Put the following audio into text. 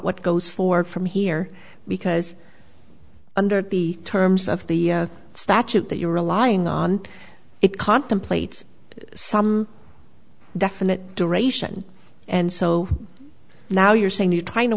what goes for from here because under the terms of the statute that you're relying on it contemplates some definite duration and so now you're saying you're